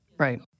Right